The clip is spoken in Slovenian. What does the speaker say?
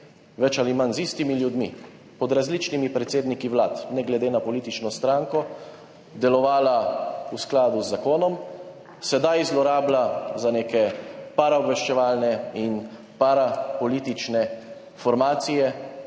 več ali manj z istimi ljudmi pod različnimi predsedniki vlad, ne glede na politično stranko, delovala v skladu z zakonom, sedaj zlorablja za neke paraobveščevalne in parapolitične formacije,